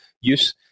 use